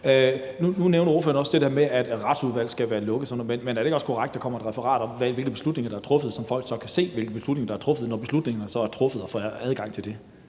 Nu nævner ordføreren også det der med, at et udvalg, f.eks. Retsudvalget, skal være lukket, men er det ikke også korrekt, at der kommer et referat om, hvilke beslutninger der er truffet, så folk kan se, hvilke beslutninger der er truffet, altså når beslutningerne er truffet, og få adgang til det.